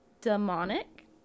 demonic